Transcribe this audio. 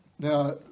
Now